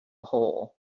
hole